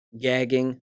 gagging